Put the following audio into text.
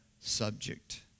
subject